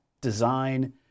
design